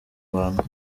bantu